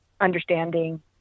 understanding